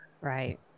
Right